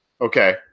Okay